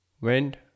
went